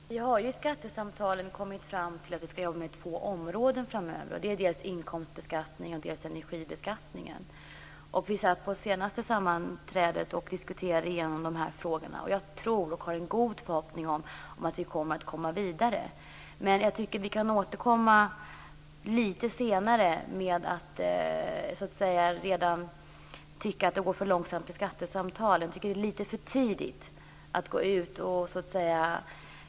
Fru talman! Vi har ju i skattesamtalen kommit fram till att vi skall jobba med två områden framöver, dels inkomstbeskattningen, dels energibeskattningen. Vid det senaste sammanträdet diskuterade vi igenom dessa frågor, och jag tror och har en god förhoppning om att vi kommer att komma vidare. Men jag tycker att vi kan återkomma lite senare med att tycka att det går för långsamt i skattesamtalen. Jag tycker att det är lite för tidigt att gå ut och säga det.